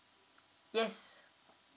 yes